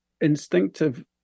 instinctive